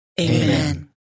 Amen